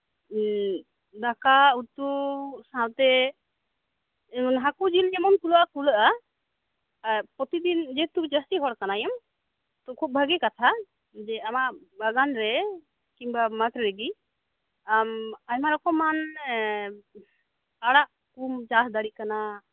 ᱫᱟᱠᱟ ᱩᱛᱩ ᱥᱟᱶᱛᱮ ᱦᱟᱠᱩ ᱡᱤᱞ ᱡᱮᱢᱚᱱ ᱠᱩᱞᱟᱹᱜ ᱟ ᱠᱩᱞᱟᱹᱜ ᱟ ᱯᱚᱛᱤᱫᱤᱱ ᱡᱮᱦᱮᱛᱩ ᱪᱟᱹᱥᱤ ᱦᱚᱲᱠᱟᱱᱟᱭᱮᱢ ᱛᱚ ᱠᱷᱩᱵ ᱵᱷᱟᱜᱤ ᱠᱟᱛᱷᱟ ᱡᱮ ᱟᱢᱟᱜ ᱵᱟᱜᱟᱱ ᱨᱮ ᱠᱤᱱᱵᱟ ᱢᱟᱴᱨᱮᱜᱤ ᱟᱢ ᱟᱭᱢᱟ ᱨᱚᱠᱚᱢᱟᱱ ᱟᱲᱟᱜ ᱠᱩᱢ ᱪᱟᱥᱫᱟᱲᱤᱜ ᱠᱟᱱᱟ